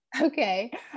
Okay